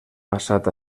passat